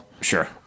sure